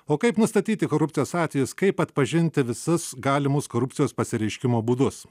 o kaip nustatyti korupcijos atvejus kaip atpažinti visus galimus korupcijos pasireiškimo būdus